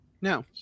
No